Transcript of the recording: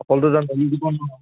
অকল দুজন ঠগি দিব নহয়